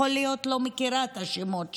יכול להיות שלא מכירה את השמות שלהן,